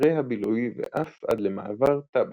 אתרי הבילוי ואף עד למעבר טאבה,